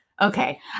Okay